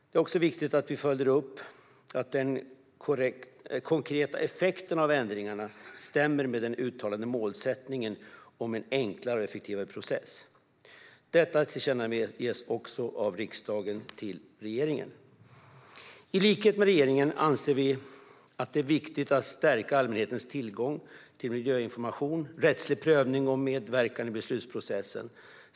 Det är också viktigt att vi följer upp att den konkreta effekten av ändringarna stämmer med den uttalade målsättningen om en enklare och effektivare process. Detta tillkännages också av riksdagen till regeringen. I likhet med regeringen anser vi att det är viktigt att stärka allmänhetens tillgång till miljöinformation, rättslig prövning och medverkan i beslutsprocessen.